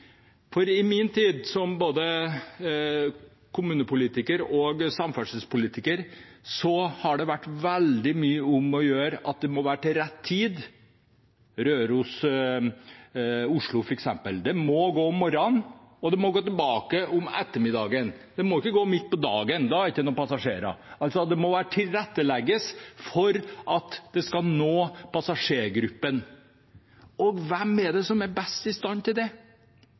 I min tid som både kommunepolitiker og samferdselspolitiker har det vært veldig mye om å gjøre at avgangene må være til rett tid. For eksempel må Røros–Oslo gå om morgenen, og det må gå tilbake om ettermiddagen. Det må ikke gå midt på dagen, for da er det ikke noen passasjerer. Det må tilrettelegges for å nå passasjergruppen. Og hvem er det som er best i stand til det?